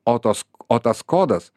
o tos o tas kodas